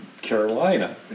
Carolina